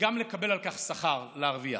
וגם לקבל על כך שכר ולהרוויח.